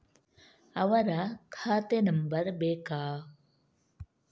ಅವರ ಖಾತೆ ನಂಬರ್ ಬೇಕಾ?